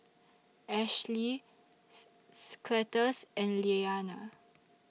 Ashely Cletus and Leana